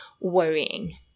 worrying